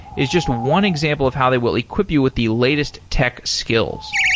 is just one example of how they will equip you with the latest tech skills.